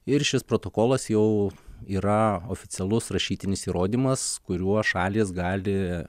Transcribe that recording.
ir šis protokolas jau yra oficialus rašytinis įrodymas kuriuo šalys gali